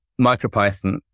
MicroPython